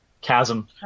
Chasm